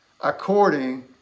according